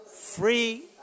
free